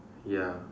ya